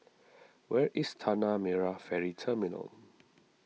where is Tanah Merah Ferry Terminal